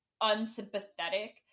unsympathetic